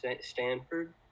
Stanford